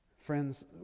Friends